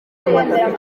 amatapi